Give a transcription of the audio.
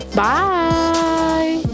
bye